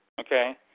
Okay